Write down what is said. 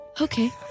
Okay